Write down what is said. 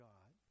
God